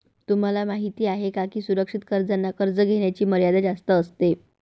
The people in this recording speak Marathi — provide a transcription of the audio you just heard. तुम्हाला माहिती आहे का की सुरक्षित कर्जांना कर्ज घेण्याची मर्यादा जास्त असते